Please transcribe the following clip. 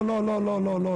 לא לא.